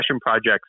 projects